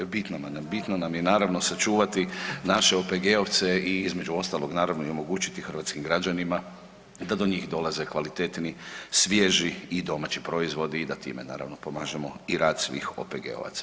Bitno nam je, bitno nam je naravno sačuvati naše OPG-ovce i između ostalog naravno i omogućiti hrvatskim građanima da do njih dolaze kvalitetni, svježi i domaći proizvodi i da time naravno pomažemo i rad svih OPG-ovaca.